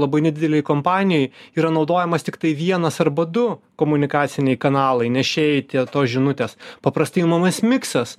labai nedidelėj kompanijoj yra naudojamas tiktai vienas arba du komunikaciniai kanalai nešėjai tie tos žinutės paprastai imamas miksas